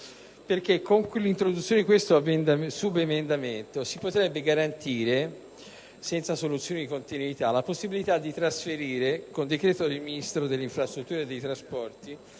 Con l'introduzione di questo subemendamento si potrebbe infatti garantire, senza soluzione di continuità, la possibilità di trasferire con decreto del Ministro delle infrastrutture e dei trasporti